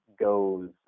goes